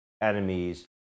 enemies